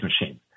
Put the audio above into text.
machines